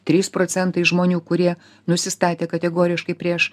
trys procentai žmonių kurie nusistatę kategoriškai prieš